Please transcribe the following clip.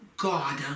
God